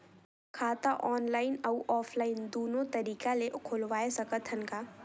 खाता ऑनलाइन अउ ऑफलाइन दुनो तरीका ले खोलवाय सकत हन का?